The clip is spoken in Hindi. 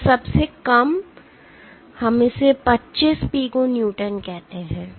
यह सबसे कम हम इसे 25 पिको न्यूटन कहते हैं